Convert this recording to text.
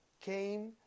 came